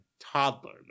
toddler